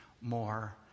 more